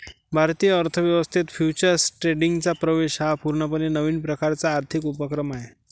भारतीय अर्थ व्यवस्थेत फ्युचर्स ट्रेडिंगचा प्रवेश हा पूर्णपणे नवीन प्रकारचा आर्थिक उपक्रम आहे